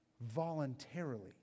voluntarily